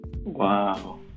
Wow